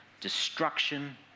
destruction